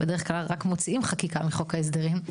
בדרך כלל רק מוציאים חקיקה מחוק ההסדרים'.